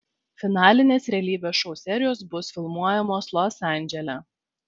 finalinės realybės šou serijos bus filmuojamos los andžele